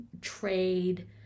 trade